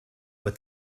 with